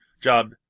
job